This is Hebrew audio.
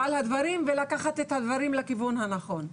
על הדברים ולקחת את הדברים לכיוון הנכון.